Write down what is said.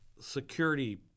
security